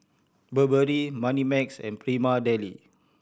burberry Moneymax and Prima Deli